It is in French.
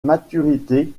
maturité